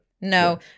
No